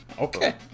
Okay